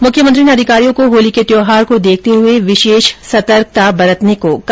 मुख्यमंत्री ने अधिकारियों को होली के त्यौहार को देखते हुए विशेष सतर्कता बरतने को कहा